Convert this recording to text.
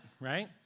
right